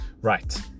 Right